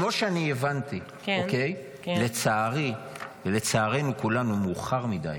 כמו שאני הבנתי, לצערי ולצערנו כולנו, מאוחר מדי